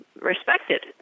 respected